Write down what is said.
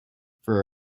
for